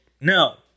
no